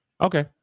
Okay